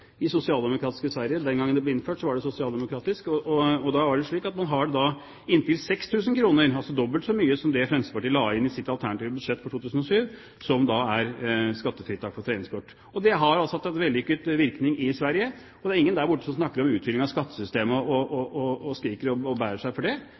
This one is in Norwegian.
i sosialdemokratiske Sverige – den gangen det ble innført, var Sverige sosialdemokratisk. Det er snakk om et skattefritak på inntil 6 000 kr for treningskort, altså dobbelt så mye som det Fremskrittspartiet la inn i sitt alternative budsjett for 2007. Det har vært vellykket i Sverige, og det er ingen der borte som snakker om uthuling av skattesystemet og skriker og bærer seg for det.